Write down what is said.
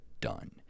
done